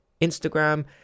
Instagram